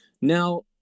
Now